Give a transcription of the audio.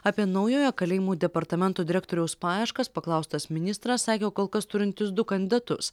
apie naujojo kalėjimų departamento direktoriaus paieškas paklaustas ministras sakė kol kas turintis du kandidatus